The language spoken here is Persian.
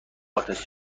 آتش